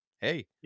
Hey